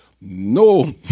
no